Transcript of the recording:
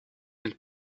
een